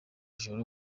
joro